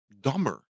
dumber